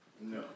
No